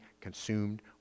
consumed